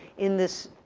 in this,